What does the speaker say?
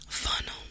funnel